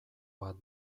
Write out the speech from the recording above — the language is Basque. bat